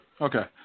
Okay